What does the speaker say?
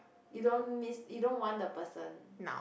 you don't miss you don't want the person